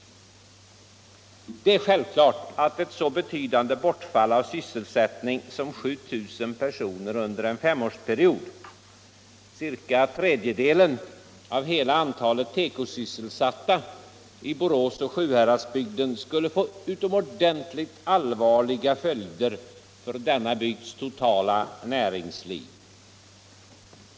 Det är självklart att ett så betydande bortfall av sysselsättning som 7 000 personer under en femårsperiod — ca tredjedelen av hela antalet tekosysselsatta i Borås och Sjuhäradsbygden — skulle få utomordentligt allvarliga följder för denna bygds totala näringsliv.